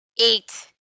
eight